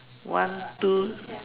one two